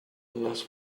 unless